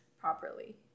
properly